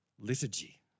Liturgy